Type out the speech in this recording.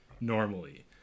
normally